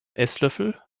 esslöffel